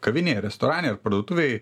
kavinėj ar restorane ar parduotuvėj